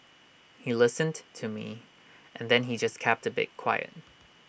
he listened to me and then he just kept A bit quiet